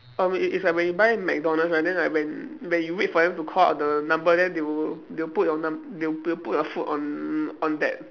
I mean i~ it's like when you buy McDonald's right then like when when you wait for them to call out the number then they will they will put your num~ they'll they'll put the food on on that